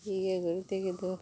ಹೀಗೆ ಗುಂಡಿ ತೆಗೆದು